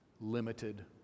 Limited